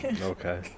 Okay